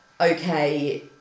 okay